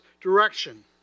direction